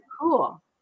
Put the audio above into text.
cool